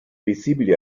visibili